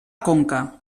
conca